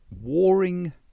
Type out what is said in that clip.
warring